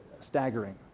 staggering